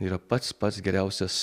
yra pats pats geriausias